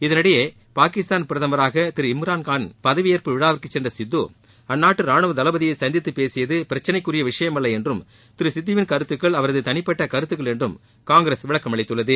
இதனிளடயே பாகிஸ்தான் பிரதமராக திரு இம்ரான்காளின் பதவியேற்பு விழாவிற்கு சென்ற சித்து அந்நாட்டு ராணுவ தளபதியை சந்தித்து பேசியது பிரச்சிளைக்குரிய விஷயமல்ல என்றும் திரு சித்துவிள் கருத்துக்கள் அவரது தளிப்பட்ட கருத்துக்கள் என்றும் காங்கிரஸ் விளக்கமளித்துள்ளது